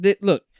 look